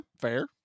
fair